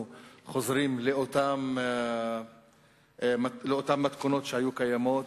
חוזרות לאותן מתכונות שהיו קיימות,